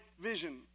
vision